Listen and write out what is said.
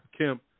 Kemp